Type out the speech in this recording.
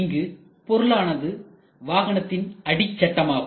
இங்கு பொருளானது வாகனத்தின் அடி சட்டமாகும்